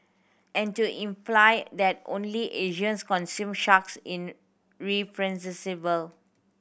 and to imply that only Asians consume sharks in